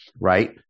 Right